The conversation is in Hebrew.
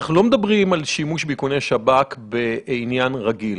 אנחנו לא מדברים על שימוש באיכוני שב"כ בעניין רגיל.